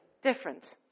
different